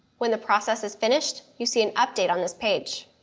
when the process is finished, you see an update on this page.